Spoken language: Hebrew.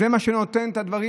זה מה שנותן את הדברים